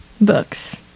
books